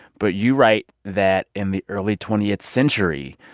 but you write that in the early twentieth century,